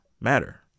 matter